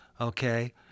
Okay